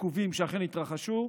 עיכובים שאכן התרחשו,